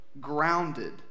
grounded